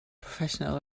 professional